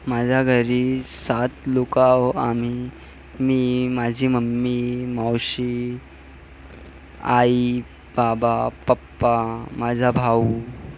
माझ्या घरी सात लोकं आहोत आम्ही मी माझी मम्मी मावशी आई बाबा पप्पा माझा भाऊ